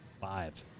Five